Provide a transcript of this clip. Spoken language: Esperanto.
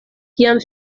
kiam